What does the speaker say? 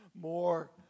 more